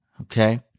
Okay